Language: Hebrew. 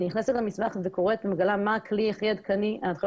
היא נכנסת למסמך וקוראת ומגלה מה הכלי הכי עדכני,